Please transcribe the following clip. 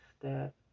step